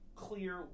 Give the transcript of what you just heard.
clear